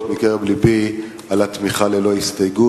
בצער, שהממשלה הנוכחית בוחרת שלא ללכת בדרך הזאת.